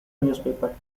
newspaper